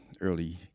early